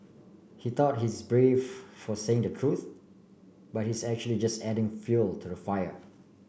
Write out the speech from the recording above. he thought he's brave for saying the truth but he's actually just adding fuel to the fire